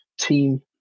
team